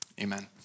amen